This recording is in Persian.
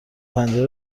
پنجره